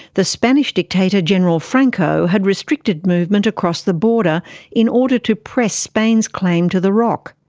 the spanish dictator general franco had restricted movement across the border in order to press spain's claim to the rock.